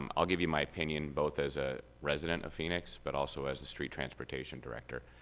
um i'll give you my opinion both as a resident of phoenix but also as a street transportation director.